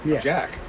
Jack